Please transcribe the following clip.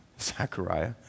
Zachariah